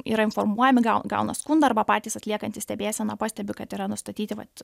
yra informuojami gauna skundą arba patys atliekantys stebėseną pastebi kad yra nustatyti vat